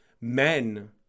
men